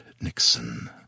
Nixon